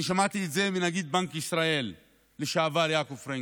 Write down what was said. אני שמעתי את זה מנגיד בנק ישראל לשעבר יעקב פרנקל,